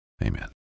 Amen